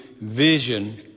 vision